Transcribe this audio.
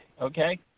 okay